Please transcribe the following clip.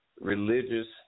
religious